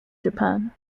japan